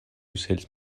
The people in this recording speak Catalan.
ocells